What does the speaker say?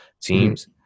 teams